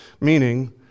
meaning